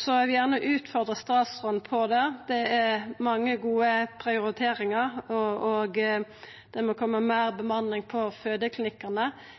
Så eg vil gjerne utfordra statsråden på det. Det er mange gode prioriteringar, og det må koma meir bemanning på